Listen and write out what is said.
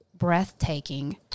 breathtaking